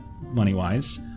money-wise